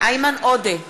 איימן עודה,